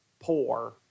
poor